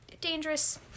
dangerous